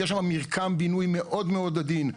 שיש שם מרקם בינוי מאוד מאוד עדין.